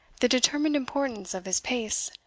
the determined importance of his pace,